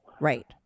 Right